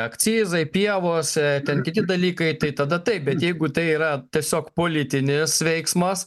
akcizai pievos ten kiti dalykai tai tada taip bet jeigu tai yra tiesiog politinis veiksmas